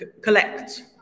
collect